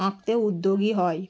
আঁকতে উদ্যোগী হয়